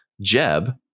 Jeb